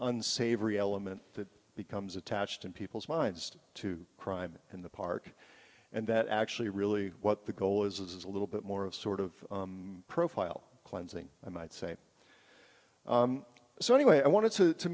nsavory element that becomes attached in people's minds to crime in the park and that actually really what the goal is is a little bit more of sort of profile cleansing i might say so anyway i wanted to